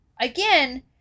again